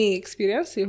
experience